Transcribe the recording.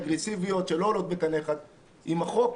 אגרסיביות שלא עולות בקנה אחד עם החוק.